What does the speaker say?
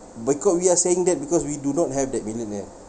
because we are saying that because we do not have that million eh